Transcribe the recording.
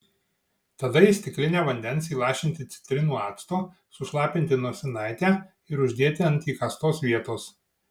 tada į stiklinę vandens įlašinti citrinų acto sušlapinti nosinaitę ir uždėti ant įkastos vietos